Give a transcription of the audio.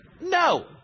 No